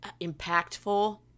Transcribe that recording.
impactful